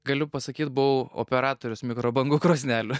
galiu pasakyt buvau operatorius mikrobangų krosnelių